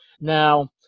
Now